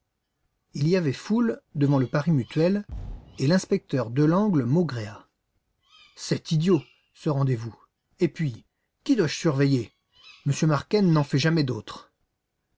il y avait foule devant le pari mutuel et l'inspecteur delangle maugréa c'est idiot ce rendez-vous et puis qui dois-je surveiller m marquenne n'en fait jamais d'autres